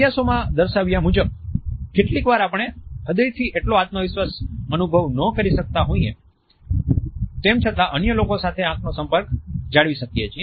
અભ્યાસોમાં દર્શાવ્યા મુજબ કેટલીક વાર આપણે હૃદયથી એટલો આત્મવિશ્વાસ અનુભવ ન કરી શકતા હોઈએ તેમ છતાં અન્ય લોકો સાથે આંખનો સંપર્ક જાળવી શકીએ છીએ